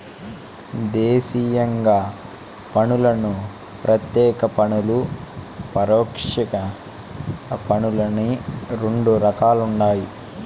దేశీయంగా పన్నులను ప్రత్యేక పన్నులు, పరోక్ష పన్నులని రెండు రకాలుండాయి